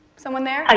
someone there?